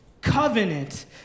covenant